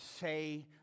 say